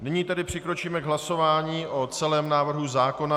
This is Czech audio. Nyní tedy přikročíme k hlasování o celém návrhu zákona.